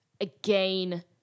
again